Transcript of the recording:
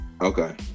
Okay